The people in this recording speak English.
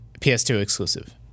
PS2-exclusive